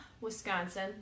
Wisconsin